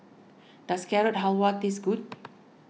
does Carrot Halwa taste good